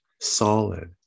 solid